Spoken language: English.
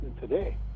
today